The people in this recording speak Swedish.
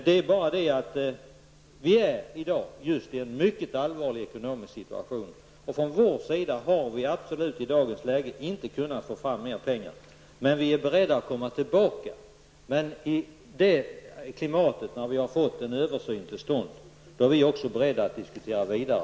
Vi befinner oss dock i dag i en mycket allvarlig ekonomisk situation, och från vår sida har vi i dagens läge inte kunnat få fram mera pengar. Men vi är beredda att komma tillbaka. I ett klimat när vi har fått en översyn till stånd är vi också beredda att diskutera vidare.